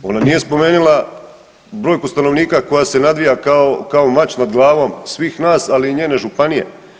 Ona nije spomenula brojku stanovnika koja se nadvija kao mač nad glavom svih nas, ali i njene županije.